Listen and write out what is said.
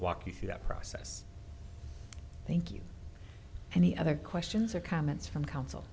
walk you through that process thank you any other questions or comments from co